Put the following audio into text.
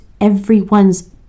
everyone's